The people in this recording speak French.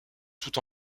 tout